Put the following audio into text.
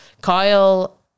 Kyle